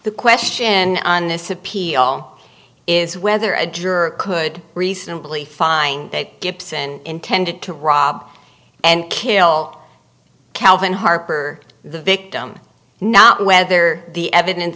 the question on this appeal is whether a juror could reasonably find that gibson intended to rob and kill calvin harper the victim not whether the evidence